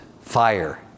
fire